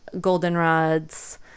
Goldenrod's